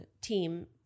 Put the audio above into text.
team